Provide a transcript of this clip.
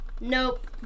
nope